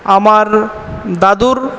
আমার দাদুর